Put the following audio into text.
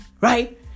right